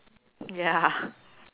ya